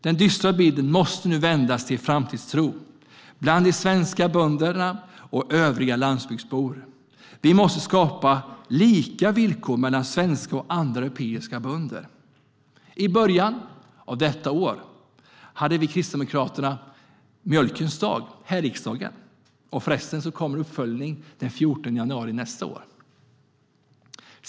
Den dystra bilden måste nu vändas till framtidstro bland de svenska bönderna och övriga landsbygdsbor. Vi måste skapa lika villkor mellan svenska och andra europeiska bönder. I början av detta år hade vi kristdemokrater Mjölkens dag här i riksdagen. Förresten blir det en uppföljning den 14 januari nästa år.